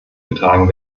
getragen